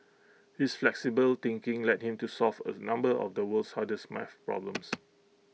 his flexible thinking led him to solve A number of the world's hardest math problems